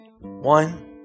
One